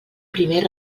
primer